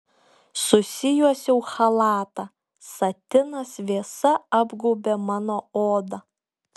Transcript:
susijuosiau chalatą satinas vėsa apgaubė mano odą